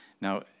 Now